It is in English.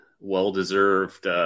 well-deserved